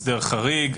הסדר חריג,